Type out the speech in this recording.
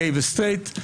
גיי וסטרייט.